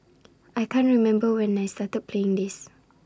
I can't remember when I started playing this